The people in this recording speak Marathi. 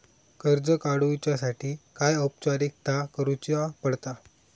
कर्ज काडुच्यासाठी काय औपचारिकता करुचा पडता?